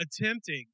attempting